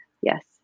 yes